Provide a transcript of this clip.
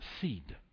seed